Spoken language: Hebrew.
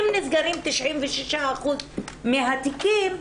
אם נסגרים 96% מהתיקים,